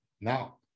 now